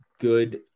good